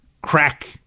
crack